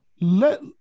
Let